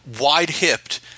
wide-hipped